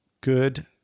good